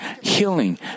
healing